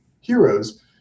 heroes